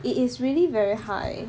it is really very high